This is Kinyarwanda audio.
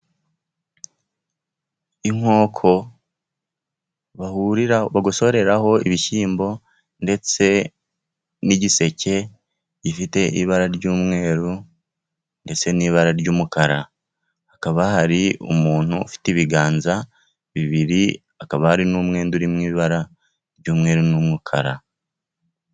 Inkoko bahuriraho bagosoreraho ibishyimbo, ndetse n'igiseke gifite ibara ry'umweru ndetse n'ibara ry'umukara, hakaba hari umuntu ufite ibiganza bibiri, hakaba hari n'umwenda uri mu ibara ry'umweru n'umukara.